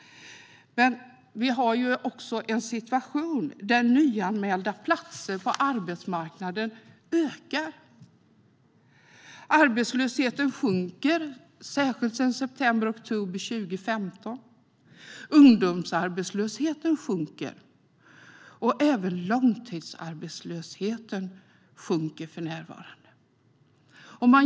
Men vi har också en situation där antalet nyanmälda platser på arbetsmarknaden ökar. Arbetslösheten sjunker, särskilt sedan september-oktober 2015. Ungdomsarbetslösheten sjunker. Även långtidsarbetslösheten sjunker för närvarande.